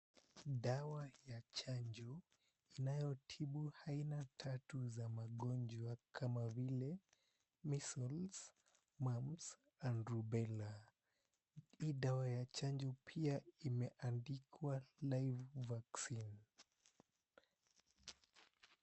Dawa ya chanjo inayotibu aina tatu za magonjwa kama vile measles, mumps and rubella . Hii dawa ya chanjo pia imeandikwa Live Vaccine .